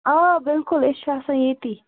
آ بِلکُل أس چھِ آسان ییٚتی